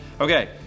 Okay